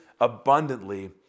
abundantly